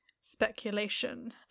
speculation